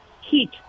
heat